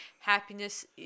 happiness